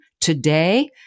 today